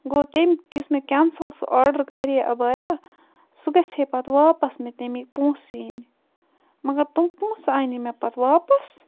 گوٚو تَمیُک یُس مےٚ کٮ۪نسَل سُہ آرڈَر کَرے عَبَیا سُہ گَژھِ ہے پَتہٕ واپَس مےٚ تَمِکۍ پونٛسہٕ یِنۍ مگر تِم پونٛسہٕ آیہِ نہٕ مےٚ پَتہٕ واپَس